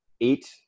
eight